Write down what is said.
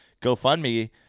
GoFundMe